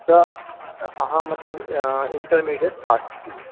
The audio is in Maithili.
तऽ अहाँ मतलब इंटरमीडेएट पास छी